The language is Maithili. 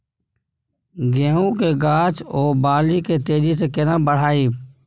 गेहूं के गाछ ओ बाली के तेजी से केना बढ़ाइब?